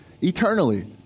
eternally